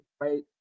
right